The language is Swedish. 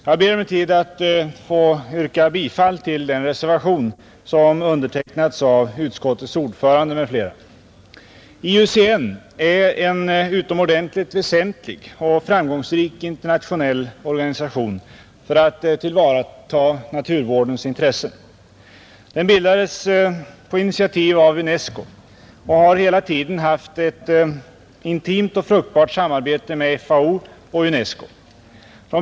Jag ber emellertid att få yrka bifall till den vid betänkandet fogade reservationen av utskottets ordförande herr Hansson i Skegrie m.fl. IUCN är en utomordentligt väsentlig och framgångsrik internationell organisation för att tillvarata naturvårdens intressen. Den bildades på initiativ av UNESCO och har hela tiden haft ett intimt och fruktbart samarbete med FAO och UNESCO.